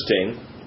interesting